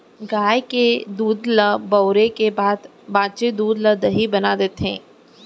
गाय के दूद ल बउरे के बाद बॉंचे दूद ल दही बना देथे